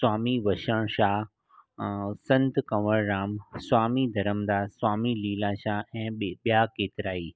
स्वामी वसणशाह संत कंवरराम स्वामी धरमदास स्वामी लीलाशाह ऐं ॿे ॿिया केतिराई